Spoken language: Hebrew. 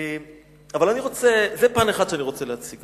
זה פן אחד שאני רוצה להציג.